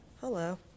Hello